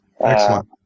Excellent